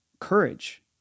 courage